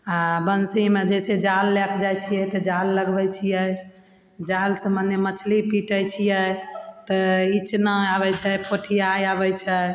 आओर बंसीमे जैसे जाल लए कऽ जाइ छियै तऽ जाल लगबय छियै जालसँ मने मछली पीटय छियै तऽ इचना आबय छै पोठिया आबय छै